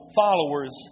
followers